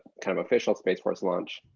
kind of official space force launch.